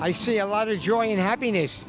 i see a lot of joy and happiness